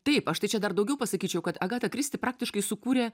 taip aš tai čia dar daugiau pasakyčiau kad agata kristi praktiškai sukūrė